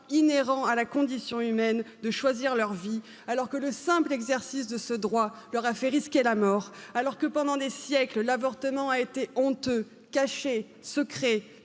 inhérents à la condition humaine de choisir leur vie alors que le simple exercice de ce droit leur a fait risquer la mort alors que pendant des siècles l'avortement caché secret